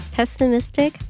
Pessimistic